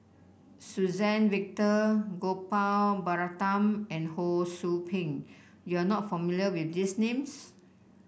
Suzann Victor Gopal Baratham and Ho Sou Ping you are not familiar with these names